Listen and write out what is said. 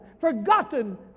forgotten